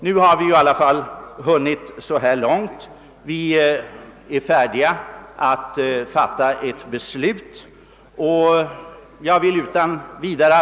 Nu har vi i alla fall hunnit så långt, att vi är färdiga att fatta ett beslut i anledning av förslaget till partiell författningsreform.